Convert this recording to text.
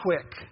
quick